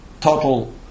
Total